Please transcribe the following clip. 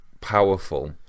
powerful